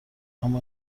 اما